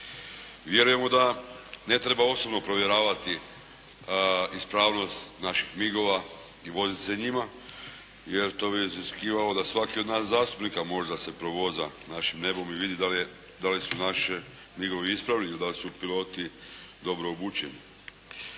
Vjerujemo da ne treba osobno provjeravati ispravnost naših MIG-ova i voziti se njima, jer to bi iziskivalo da svaki od nas zastupnika možda se provoza našim nebom i vidi da li su naši MIG-ovi ispravni ili da li su piloti dobro obučeni.